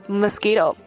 mosquito 。